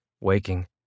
waking